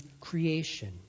creation